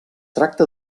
tracta